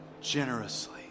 generously